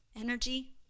energy